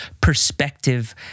perspective